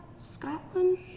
Scotland